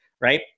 right